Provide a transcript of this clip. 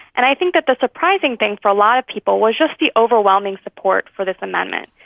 and i think that the surprising thing for a lot of people was just the overwhelming support for this amendment.